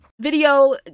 video